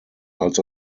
als